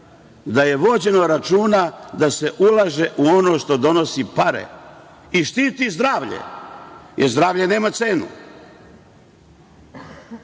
da je vođeno računa da se ulaže u ono što donosi pare i štiti zdravlje, jer zdravlje nema cenu